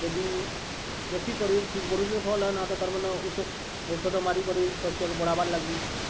ଯଦି ଦେଖିକରେ ଠିକ୍ ବଢ଼ୁଛେ ତ ଭଲ୍ ଆଏ ନାଇ ହେଲେ ତ ତା'ର୍ମାନେ ଔଷଧ ମାରିକରେ ଶସ୍ୟକେ ବଢ଼ାବାର୍ ଲାଗି